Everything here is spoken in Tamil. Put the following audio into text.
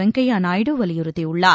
வெங்கையாநாயுடு வலியுறுத்தியுள்ளார்